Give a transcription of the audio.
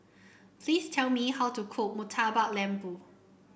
please tell me how to cook Murtabak Lembu